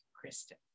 Kristen